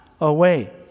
away